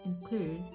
include